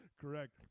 Correct